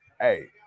hey